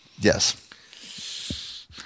Yes